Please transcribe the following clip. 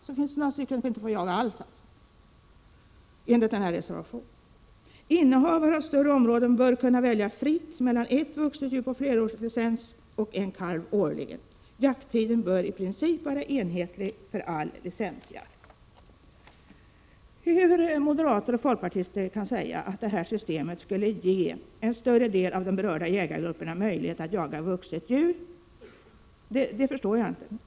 Så finns det alltså några stycken som inte får jaga alls, enligt den här reservationen. ”Innehavare av större områden bör kunna välja fritt mellan ett vuxet djur på flerårslicens och en kalv årligen. Jakttiden bör i princip vara enhetlig för all licensjakt.” Hur moderater och folkpartister kan säga att det systemet skulle ge en större del av de berörda jägargrupperna möjlighet att jaga vuxet djur, förstår Prot. 1986/87:113 jag inte.